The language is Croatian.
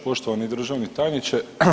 Poštovani državni tajniče.